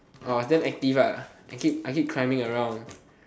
same active I keep I keep climbing around